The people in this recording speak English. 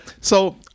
So-